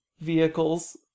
vehicles